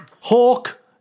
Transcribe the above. Hawk